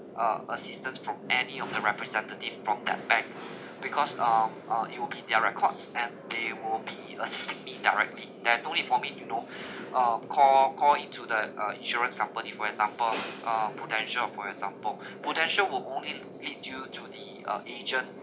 uh assistance from any of the representative from that bank because um uh it will be their record and they will be uh see me directly there is no need for me to know uh call call into the uh insurance company for example uh Prudential for example Prudential would only lead you to the uh agent